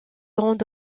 grand